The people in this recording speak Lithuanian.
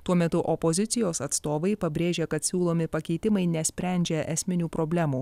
tuo metu opozicijos atstovai pabrėžia kad siūlomi pakeitimai nesprendžia esminių problemų